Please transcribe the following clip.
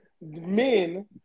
men